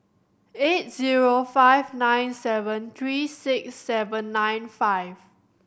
eight zero five nine seven three six seven nine five